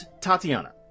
Tatiana